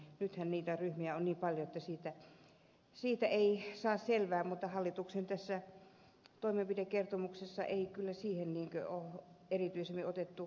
nythän niitä ryhmiä on niin paljon että siitä ei saa selvää mutta tässä hallituksen toimenpidekertomuksessa ei kyllä siihen ole erityisemmin otettu kantaa